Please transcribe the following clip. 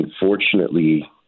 Unfortunately